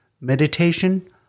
meditation